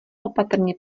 opatrně